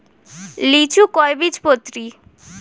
লিচু কয় বীজপত্রী?